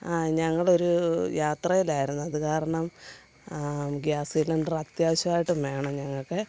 ഞങ്ങളൊരു യാത്രയിലായിരുന്നു അതു കാരണം ഗ്യാസ് സിലിണ്ടർ അത്യാവശ്യമായിട്ടും വേണം ഞങ്ങൾക്കെ